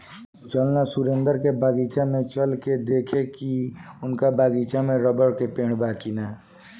चल ना सुरेंद्र के बगीचा में चल के देखेके की उनका बगीचा में रबड़ के पेड़ बा की ना